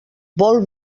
vol